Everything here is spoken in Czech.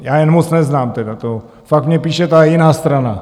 Já je moc neznám tedy, fakt mně píše ta jiná strana.